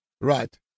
Right